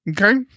Okay